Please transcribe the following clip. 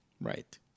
Right